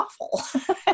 awful